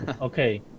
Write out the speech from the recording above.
Okay